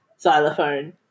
xylophone